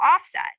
offset